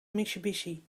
mitsubishi